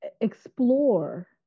explore